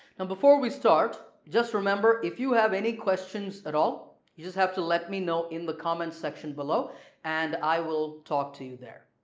and before we start just remember if you have any questions at all you just have to let me know in the comments section below and i will talk to you there.